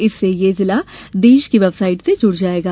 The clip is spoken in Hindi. जिससे यह जिला देश की वेबसाइट से जुड़ जायेगा